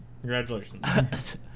Congratulations